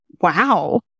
wow